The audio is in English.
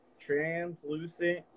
translucent